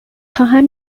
خواهم